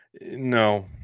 No